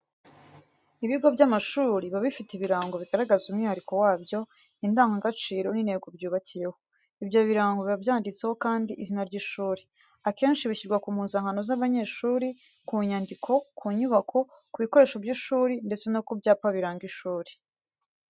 Ibigo by'amashuri biba bifite ibirango bigaragaza umwihariko wabyo, indangagaciro n'intego byubakiyeho. Ibyo birango biba byanditseho kandi izina ry'ishuri, akenshi bishyirwa ku mpuzankano z'abanyeshuri, ku nyandiko, ku nyubako, ku bikoresho by'ishuri ndetse no ku byapa biranga ishuri.